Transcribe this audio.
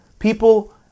People